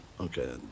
Okay